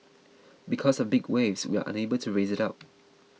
because of big waves we are unable to raise it up